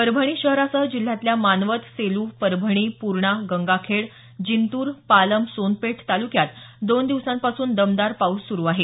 परभणी शहरासह जिल्ह्यातल्या मानवत सेलू परभणी पूर्णा गंगाखेड जिंतूर पालम सोनपेठ ताल्क्यात दोन दिवसांपासून दमदार पाऊस सुरु आहे